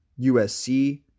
USC